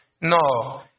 No